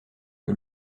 que